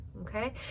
okay